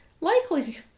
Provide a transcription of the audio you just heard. likely